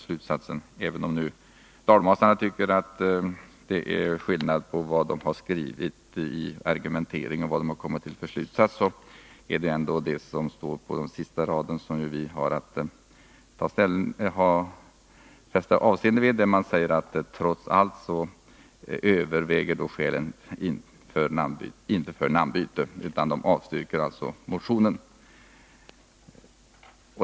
Även om dalmasarna tycker att det är skillnad på vad som står i remissinstansernas argumentering och vad som står i deras slutsatser, så är det ändå de sista raderna som vi i utskottet har att fästa avseende vid. Länsstyrelsen finner således att skälen för det namnbyte som föreslås i motionen trots allt ej överväger. Därför avstyrker man också motionen.